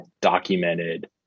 documented